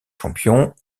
champion